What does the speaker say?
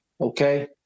okay